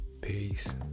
peace